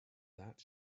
that